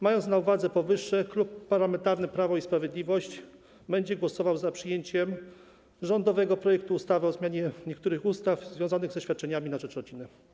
Mając na uwadze powyższe, Klub Parlamentarny Prawo i Sprawiedliwość będzie głosował za przyjęciem rządowego projektu ustawy o zmianie niektórych ustaw związanych ze świadczeniami na rzecz rodziny.